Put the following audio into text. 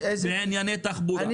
בענייני תחבורה,